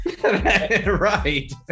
Right